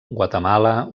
guatemala